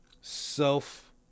self